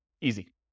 Easy